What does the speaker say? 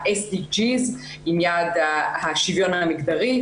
ה-SPJ עם יעד השוויון המגדרי.